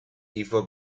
ivo